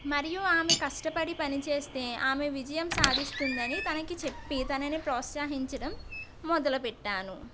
మరియు ఆమె కష్టపడి పని చేస్తే ఆమె విజయం సాధిస్తుందని తనకు చెప్పి తనని ప్రోత్సహించడం మొదలు పెట్టాను